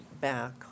back